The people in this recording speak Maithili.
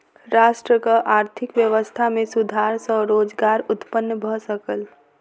राष्ट्रक आर्थिक व्यवस्था में सुधार सॅ रोजगार उत्पन्न भ सकल